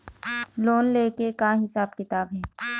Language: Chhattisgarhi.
लोन ले के का हिसाब किताब हे?